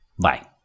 Bye